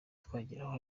twageraho